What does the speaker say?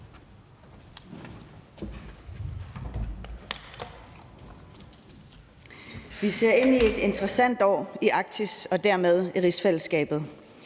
Vi ser ind i et interessant år i Arktis og dermed i rigsfællesskabet: